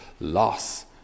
loss